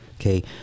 okay